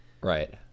right